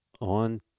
on